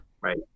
right